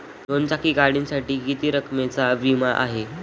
दोन चाकी गाडीसाठी किती रकमेचा विमा आहे?